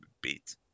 beat